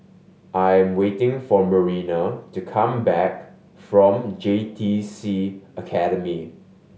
I am waiting for Marina to come back from J T C Academy